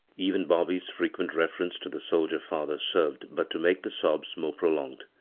even bobby's frequent refer ence to the soldier father served but to make the sobs more prolonged.